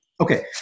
Okay